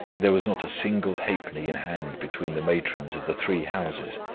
there was not a single halfpenny in hand between the matrons of the three houses.